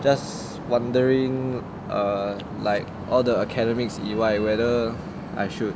just wondering err like all the academics 以外 whether I should